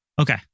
Okay